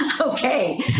Okay